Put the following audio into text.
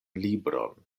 libron